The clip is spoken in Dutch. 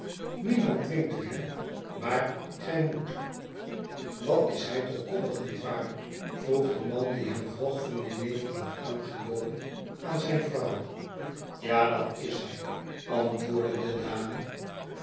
niemand dwingt u he maar gij moet wat is hij toch koddig niet waar vroeg de man die hem grog van jenever had aangeboden aan zijn vrouw ja dat is hij antwoordde de dame